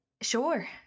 Sure